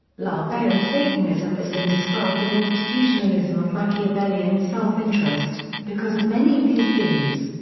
laveyan satanism has been described as institutionalism of machiavellian self-interest because of many of these themes.